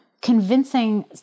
convincing –